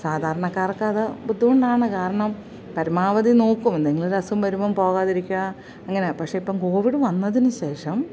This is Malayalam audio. സാധാരണക്കാർക്കത് ബുദ്ധിമുട്ടാണ് കാരണം പരമാവധി നോക്കും എന്തെങ്കിലും ഒരസുഖം വരുമ്പം പോകാതിരിക്കുക അങ്ങനെ പക്ഷേ ഇപ്പം കോവിഡ് വന്നതിനുശേഷം